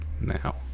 now